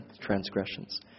transgressions